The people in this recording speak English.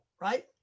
right